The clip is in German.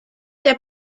der